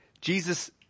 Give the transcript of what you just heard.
Jesus